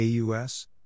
AUS